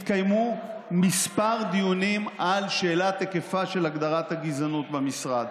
התקיימו כמה דיונים על שאלת היקפה של הגדרת הגזענות במשרד,